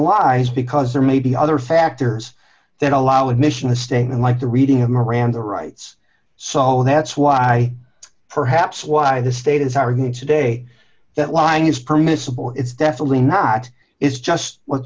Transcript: lives because there may be other factors that allow admission a statement like the reading of miranda rights so that's why perhaps why the state is arguing today that line is permissible it's definitely not is just what's